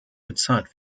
bezahlt